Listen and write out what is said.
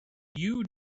you